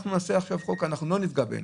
אנחנו נעשה עכשיו חוק ולא נפגע בהן.